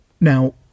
Now